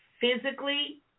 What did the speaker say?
physically